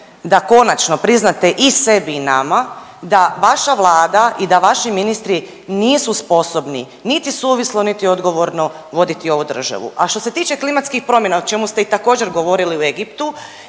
da konačno priznate i sebi i nama da vaša vlada i da vaši ministri nisu sposobni niti suvislo niti odgovorno voditi ovu državu. A što se tiče klimatskih promjena o čemu ste i također govorili u Egiptu